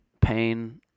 pain